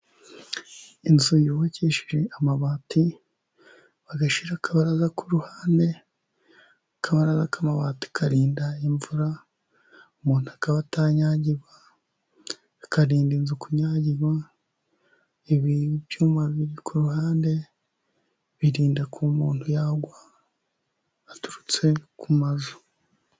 Inzu yubakishije amabati bagashyira akabaraza ku ruhande, akabaraza k'amabati karinda imvura, umuntu akaba atanyangirwa kakarinda inzu kunyagirwa ,ibyuma biri ku ruhande birinda ku umuntu yagwa aturutse ku mazu.